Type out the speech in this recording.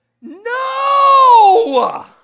No